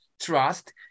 trust